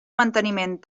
manteniment